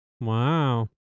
wow